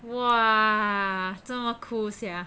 !wah! 这么 cool sia